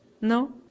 No